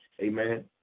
amen